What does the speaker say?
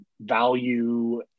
value